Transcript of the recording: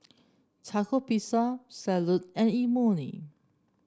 Taco Pizza Salad and Imoni